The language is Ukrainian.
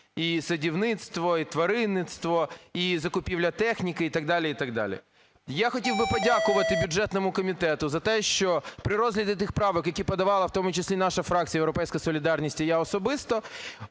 і садівництво, і тваринництво, і закупівля техніки, і так далі. Я хотів би подякувати бюджетному комітету за те, що при розгляді тих правок, які подавала в тому числі наша фракція "Європейська солідарність" і я особисто,